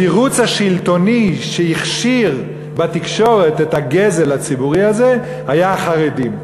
התירוץ השלטוני שהכשיר בתקשורת את הגזל הציבורי הזה היה החרדים.